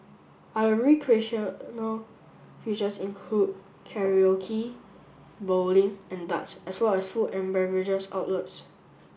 other recreational features include Karaoke bowling and darts as well as food and beverages outlets